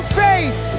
faith